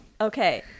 okay